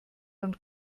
und